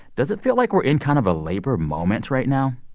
does it feel like we're in kind of a labor moment right now?